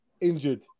injured